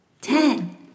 Ten